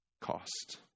cost